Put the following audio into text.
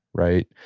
right?